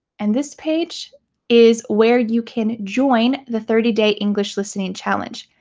and this page is where you can join the thirty day english listening challenge.